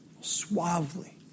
suavely